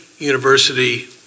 university